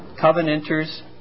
covenanters